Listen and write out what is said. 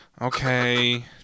Okay